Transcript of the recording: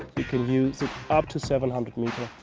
you can use it up to seven hundred metres.